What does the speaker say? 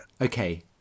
Okay